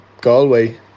Galway